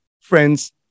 friends